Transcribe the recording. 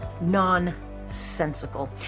nonsensical